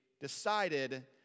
decided